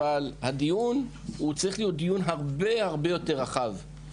אבל הדיון צריך להיות דיון הרבה-הרבה יותר רחב.